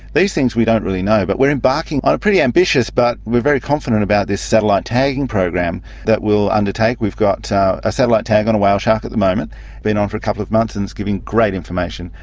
these things we don't really know, but we are embarking on a pretty ambitious but we are very confident about this satellite tagging program that we'll undertake. we've got a satellite tag on a whale shark at the moment, it's been on for a couple of months, and it's giving great information.